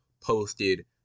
posted